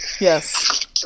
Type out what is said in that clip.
Yes